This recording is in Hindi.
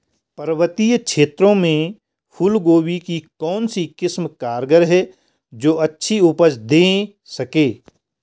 पर्वतीय क्षेत्रों में फूल गोभी की कौन सी किस्म कारगर है जो अच्छी उपज दें सके?